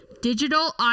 digital